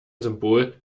symbol